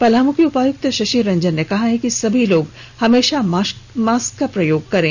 पलामू के उपायुक्त शशिरंजन ने कहा है कि सभी लोग हमेशा मास्क का प्रयोग करें